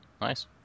nice